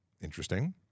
Interesting